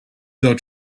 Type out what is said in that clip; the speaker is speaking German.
dort